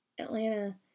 atlanta